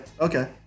Okay